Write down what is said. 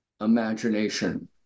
imagination